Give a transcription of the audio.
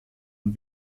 und